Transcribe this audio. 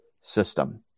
system